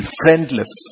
friendless